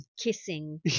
Kissing